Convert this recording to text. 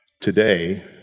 today